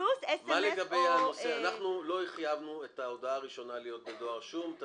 אנחנו לא חייבנו את ההודעה הראשונה להיות בדואר רשום --- אישור מסירה.